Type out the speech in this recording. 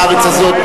בארץ הזאת,